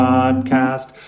Podcast